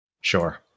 sure